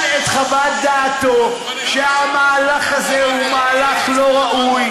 את חוות דעתו שהמהלך הזה הוא מהלך לא ראוי,